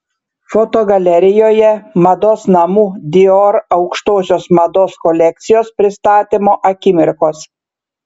fotogalerijoje mados namų dior aukštosios mados kolekcijos pristatymo akimirkos